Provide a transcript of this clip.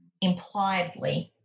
impliedly